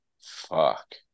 fuck